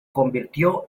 convirtió